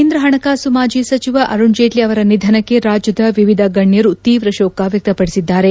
ಕೇಂದ್ರ ಹಣಕಾಸು ಮಾಜಿ ಸಚಿವ ಅರುಣ್ ಜೇಟ್ನ ಅವರ ನಿಧನಕ್ಕೆ ರಾಜ್ಯದ ವಿವಿಧ ಗಣ್ಣರು ತೀವ್ರ ಶೋಕ ವ್ಯಕ್ತಪಡಿಸಿದ್ದಾರೆ